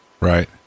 Right